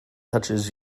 touches